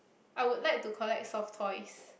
I would like to collect soft toys